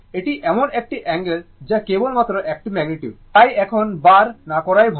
এটি এমন একটি অ্যাঙ্গেল যা কেবল মাত্র একটি ম্যাগনিটিউড তাই এখন বার না করাই ভাল